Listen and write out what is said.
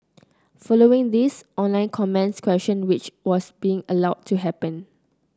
following this online comments questioned which was being allowed to happen